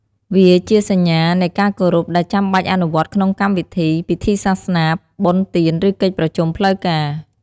វាជាសញ្ញានៃការគោរព ដែលចាំបាច់អនុវត្តក្នុងកម្មវិធី ពិធីសាសនា បុណ្យទាន ឬកិច្ចប្រជុំផ្លូវការ។